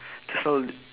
so